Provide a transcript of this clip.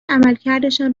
عملکردشان